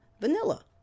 vanilla